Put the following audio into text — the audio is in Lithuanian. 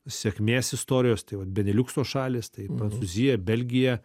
sėkmės istorijos tai vat beneliukso šalys tai prancūzija belgija